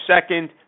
second